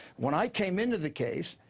when i came into the case,